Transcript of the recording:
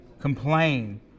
complain